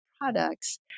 products